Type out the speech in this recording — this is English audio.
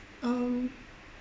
um